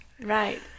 Right